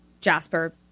Jasper